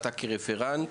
אתה כרפרנט,